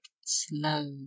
slow